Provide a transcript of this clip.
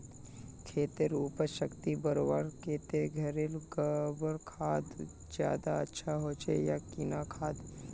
खेतेर उपजाऊ शक्ति बढ़वार केते घोरेर गबर खाद ज्यादा अच्छा होचे या किना खाद?